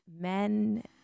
men